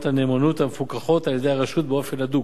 הנאמנות המפוקחות על-ידי הרשות באופן הדוק.